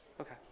okay